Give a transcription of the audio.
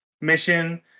mission